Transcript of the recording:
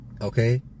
Okay